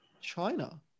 China